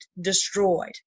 destroyed